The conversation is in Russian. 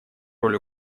роль